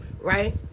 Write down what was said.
right